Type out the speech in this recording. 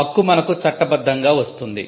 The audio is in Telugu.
హక్కు మనకు చట్టబద్ధంగా వస్తుంది